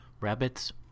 rabbits